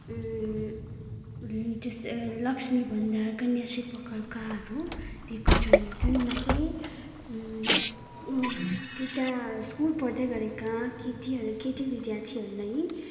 लक्ष्मी भण्डार कन्या श्री प्रकल्पहरू दिएको छन् जुनमा चाहिँ पिता स्कुल पढ्दै गरेका केटीहरू केटी विद्यार्थीहरूलाई